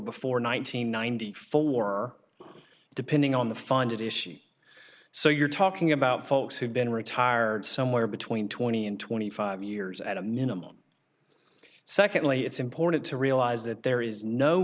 before nine hundred ninety four depending on the funded issue so you're talking about folks who've been retired somewhere between twenty and twenty five years at a minimum secondly it's important to realize that there is no